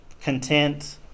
content